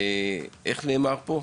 איך נאמר פה?